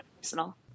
personal